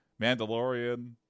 Mandalorian